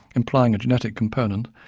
implying a genetic component,